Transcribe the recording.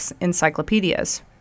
encyclopedias